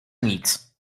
nic